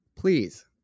Please